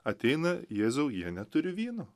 ateina jėzau jie neturi vyno